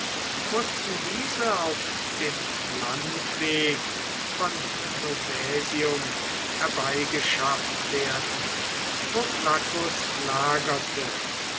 mußten diese auf dem landweg von novaesium herbeigeschafft werden wo flaccus lagerte